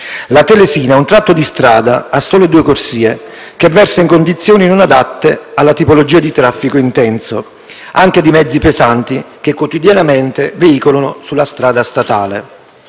La Telesina ha un tratto di strada a solo due corsie che versa in condizioni non adatte alla tipologia di traffico intenso, anche di mezzi pesanti, che quotidianamente veicolano sulla strada statale.